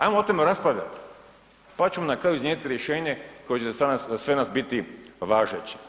Ajmo o tome raspravljati pa ćemo na kraju iznjedriti rješenje koje će za sve nas biti važeće.